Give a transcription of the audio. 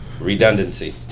redundancy